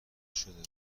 شده